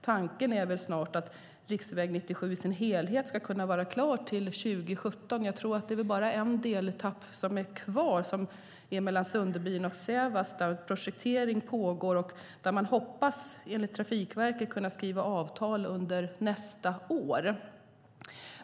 Tanken är väl att riksväg 97 i sin helhet ska kunna vara klar till 2017. Jag tror att det bara är en deletapp kvar mellan Sunderbyn och Sävast. Där pågår projektering, och enligt Trafikverket hoppas man kunna skriva avtal under nästa år.